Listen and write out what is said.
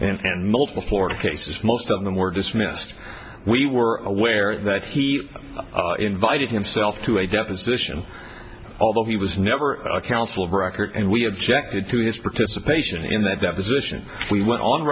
and multiple florida cases most of them were dismissed we were aware that he invited himself to a deposition although he was never a counsel of record and we objected to his protests a patient in that deposition we went on